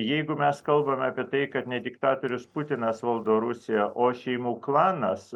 jeigu mes kalbame apie tai kad ne diktatorius putinas valdo rusiją o šeimų klanas